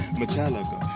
metallica